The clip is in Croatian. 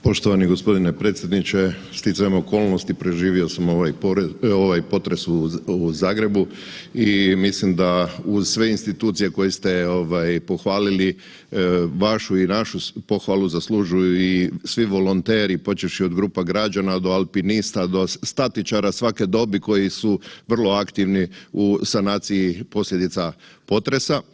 Poštovani gospodine predsjedniče, sticajem okolnosti preživio sam ovaj potres u Zagrebu i mislim da uz sve institucije koje ste pohvalili, vašu i našu pohvalu zaslužuju i svi volonteri počevši od grupa građana do alpinista, do statičara svake dobi koji su vrlo aktivni u sanaciji posljedica potresa.